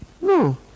No